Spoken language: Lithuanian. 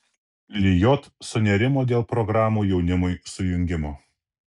lijot sunerimo dėl programų jaunimui sujungimo